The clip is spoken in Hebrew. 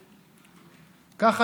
יאיר גולן יהיה שגריר בעזאזל,